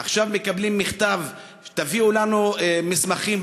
עכשיו מקבלים מכתב: תביאו לנו מסמכים.